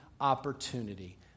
opportunity